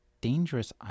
dangerous